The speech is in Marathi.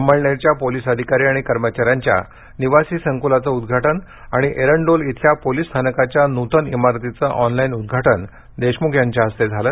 अमळनेरच्या पोलीस अधिकारी आणि कर्मचाऱ्यांच्या निवासी संकुलाचं उद्घाटन आणि एरंडोल इथल्या पोलीस स्थानकाच्या नूतन इमारतीचं ऑनलाईन उद्घाटन गृहमंत्री देशमुख यांच्या हस्ते झालं